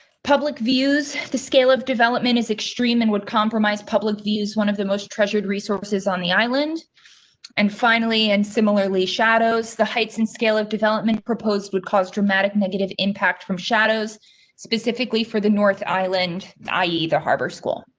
public views, the scale of development is extreme and would compromise public views one of the most treasured resources on the island and finally, and similarly shadows, the heights and scale of development proposed would cause dramatic negative impact from shadows specifically, for the north island. e. the harbor school.